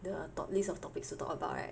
the top list of topics to talk about right